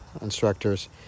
instructors